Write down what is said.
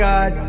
God